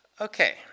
Okay